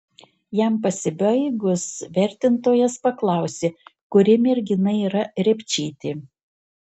jam pasibaigus vertintojas paklausė kuri mergina yra repčytė